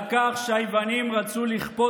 על שמירת השבת ועל כך שהיוונים רצו לכפות